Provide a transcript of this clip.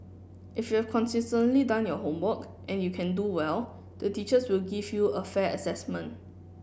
if you've consistently done your homework and you can do well the teachers will give you a fair assessment